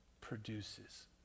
produces